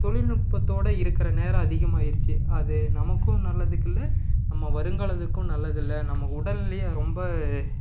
தொழில்நுட்பத்தோடய இருக்கிற நேரம் அதிகமாயிருச்சு அது நமக்கும் நல்லதுக்கில்லை நம்ம வருங்காலத்துக்கும் நல்லதில்லை நம்ம உடல்நிலையும் அது ரொம்ப